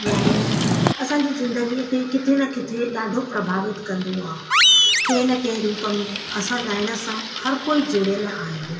ॻाइणु असांजे ज़िंदगीअ खे किथे न किथे ॾाढो प्रभावित कंदो आहे कंहिं न कंहिं रूप में असां ॻाइण सां हर कोई जुड़ियलु आहियूं